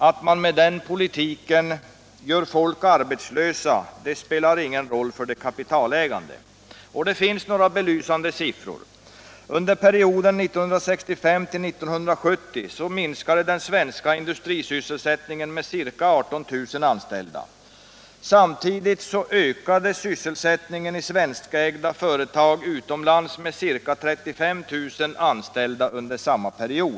Att man med den politiken gör folk arbetslösa här hemma spelar ingen roll för de kapitalägande. Det finns några belysande siffor. Under perioden 1965-1970 minskade den svenska industrisysselsättningen med ca 18 000 anställda. Under samma period ökade sysselsättningen i svenskägda företag utomlands med ca 35 000 anställda.